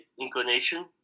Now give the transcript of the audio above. inclination